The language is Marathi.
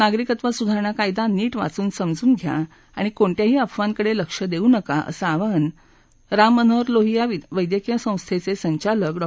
नागरिकत्व सुधारणा कायदा नीट वाचून समजून घ्या आणि कोणत्याही अफवांकडलिक्ष दक्षू नका असं आवाहन राममनोहर लोहिया वैद्यकीय संस्थाच सिचालक डॉ